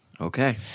okay